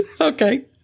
Okay